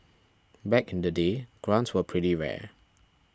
back in the day grants were pretty rare